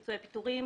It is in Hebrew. בפיצויי פיטורים,